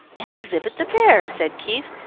and exhibit the bear, said keith,